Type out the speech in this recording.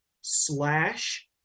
slash